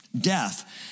death